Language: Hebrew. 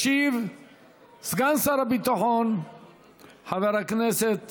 ישיב סגן שר הביטחון חבר הכנסת